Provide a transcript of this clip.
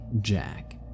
Jack